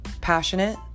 passionate